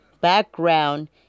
background